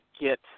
get